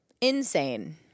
insane